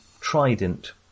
trident